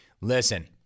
Listen